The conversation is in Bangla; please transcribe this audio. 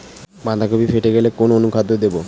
বাঁধাকপি ফেটে গেলে কোন অনুখাদ্য দেবো?